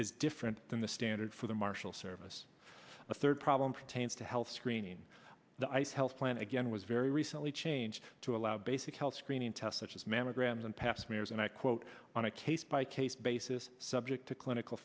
is different than the standard for the marshal service a third problem pertains to health screening the ice health plan again was very recently changed to allow basic health screening test such as mammograms and pap smears and i quote on a case by case basis subject to clinical